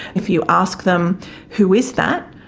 if you ask them who is that,